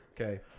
Okay